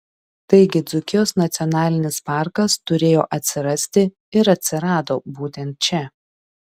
taigi dzūkijos nacionalinis parkas turėjo atsirasti ir atsirado būtent čia